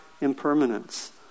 impermanence